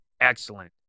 excellent